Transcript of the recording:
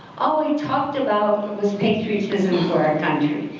all we talked about was patriotism for our country.